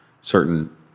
certain